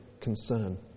concern